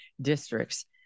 districts